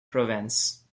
provence